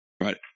right